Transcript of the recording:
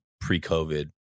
pre-COVID